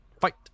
Fight